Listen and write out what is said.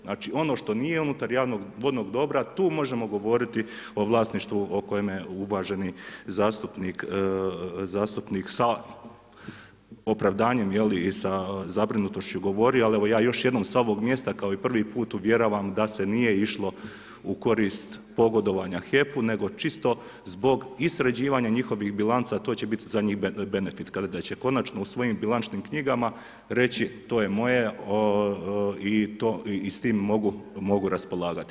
Znači, ono što nije unutar javnog vodnog dobra, tu možemo govoriti o vlasništvu o kojemu uvaženi zastupnik, sa opravdanjem je li i sa zabrinutošću govorio, ali evo, ja još jednom sa ovog mjesta kao i prvi put, uvjeravam da se nije išlo u koristi pogodovanja HEP-u nego čisto zbog i sređivanja njihovih bilanca, a to će biti zadnji benefit da će konačno u svojim bilančnim knjigama reći to je moje i s tim mogu raspolagati.